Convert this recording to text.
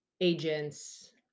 agents